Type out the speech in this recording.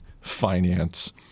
finance